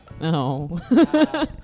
No